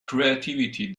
creativity